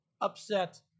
upset